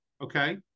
okay